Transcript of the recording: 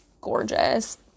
gorgeous